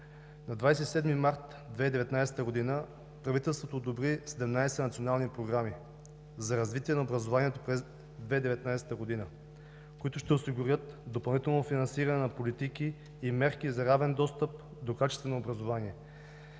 На 27 март 2019 г. правителството одобри 17 национални програми за развитие на образованието през 2019 г., които ще осигурят допълнително финансиране на политики и мерки за равен достъп до качествено образование.